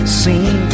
seen